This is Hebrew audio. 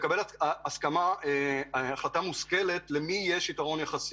יש צורך לקבל החלטה מושכלת למי יש יתרון יחסי.